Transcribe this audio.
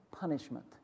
punishment